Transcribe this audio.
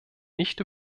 nicht